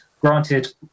granted